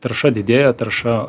tarša didėja tarša